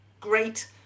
great